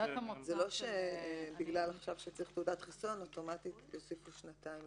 זה לא בגלל שצריך עכשיו תעודת חיסיון אוטומטית יוסיפו שנתיים.